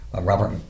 Robert